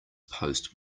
post